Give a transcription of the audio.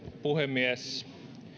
puhemies